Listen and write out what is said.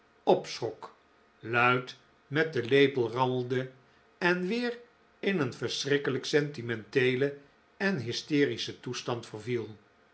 opschrok luid met den lepel rammelde en weer in een verschrikkelijk sentimenteelen en hysterischen toestand verviel